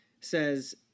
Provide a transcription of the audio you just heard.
says